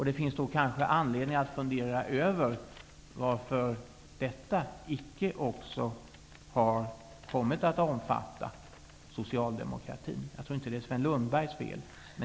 Det kanske finns anledning att fundera över varför detta samarbete icke har kommit att omfatta Socialdemokraterna. Jag tror inte att det är Sven Lundbergs fel.